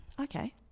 okay